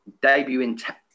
debuting